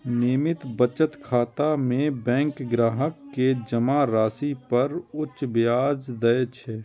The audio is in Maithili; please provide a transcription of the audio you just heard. नियमित बचत खाता मे बैंक ग्राहक कें जमा राशि पर उच्च ब्याज दै छै